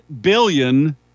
billion